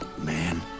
Man